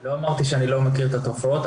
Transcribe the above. לא אמרתי שאני לא מכיר את התופעות,